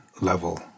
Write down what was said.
level